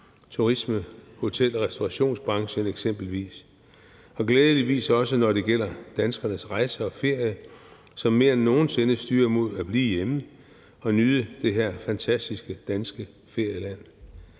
turisme, hotel- og restaurationsbranchen. Det gælder glædeligvis også i forhold til rejser og ferie, hvor danskerne mere end nogen sinde styrer mod at blive hjemme og nyde det her fantastiske danske ferieland.